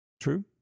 True